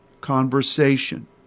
conversation